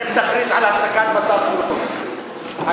הגג